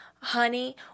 honey